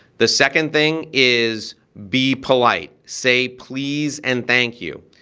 the second thing is be polite, say please and thank you.